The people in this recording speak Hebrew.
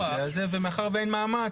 מאחר וזה מאמץ